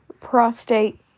prostate